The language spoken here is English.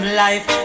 life